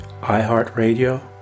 iHeartRadio